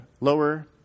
lower